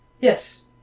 Yes